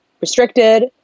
restricted